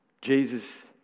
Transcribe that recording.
Jesus